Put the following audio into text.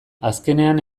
azkenean